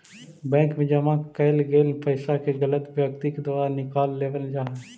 bank मैं जमा कैल गेल पइसा के गलत व्यक्ति के द्वारा निकाल लेवल जा हइ